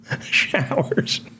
showers